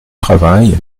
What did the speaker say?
travail